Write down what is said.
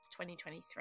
2023